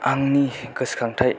आंनि गोसोखांथाइ